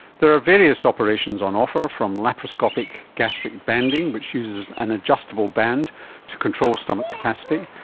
there are various operations on offer from laparoscopic gastric banding which uses an adjustable band to control stomach capacity,